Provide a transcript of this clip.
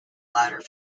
latter